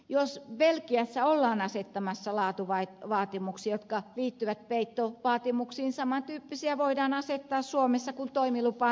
jos belgiassa ollaan asettamassa laatuvaatimuksia jotka liittyvät peittovaatimuksiin saman tyyppisiä voidaan asettaa suomessa kun toimilupaa myönnetään